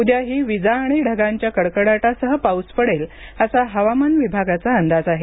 उद्याही वीजा आणि ढगांच्या कडकडाटासह पाऊस पडेल असा हवामान विभागाचा अंदाज आहे